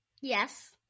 Yes